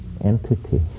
entity